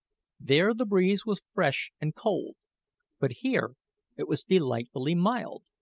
there the breeze was fresh and cold but here it was delightfully mild,